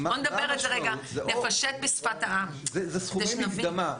בואו נדבר על זה רגע, נפשט בשפת העם כדי שנבין.